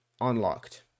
unlocked